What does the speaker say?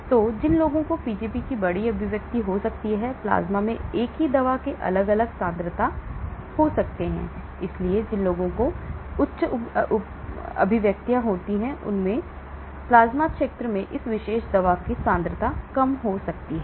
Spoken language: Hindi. तो जिन लोगों को Pgp की बड़ी अभिव्यक्ति हो सकती है प्लाज्मा में एक ही दवा के अलग अलग सांद्रता हो सकते हैं और जिन लोगों में Pgp की उच्च अभिव्यक्तियाँ होती हैं उनमें प्लाज्मा क्षेत्र में इस विशेष दवा की कम सांद्रता हो सकती है